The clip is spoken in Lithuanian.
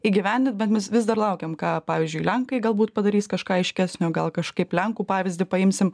įgyvendint bet mes vis dar laukiam ką pavyzdžiui lenkai galbūt padarys kažką aiškesnio gal kažkaip lenkų pavyzdį paimsim